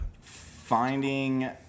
finding